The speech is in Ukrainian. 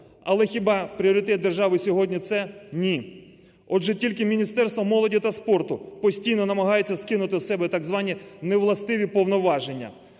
Але хіба пріоритет держави сьогодні це? Ні. Отже тільки Міністерство молоді та спорту постійно намагається скинути з себе так звані невластиві повноваження.